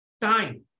time